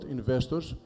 investors